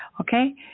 Okay